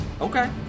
Okay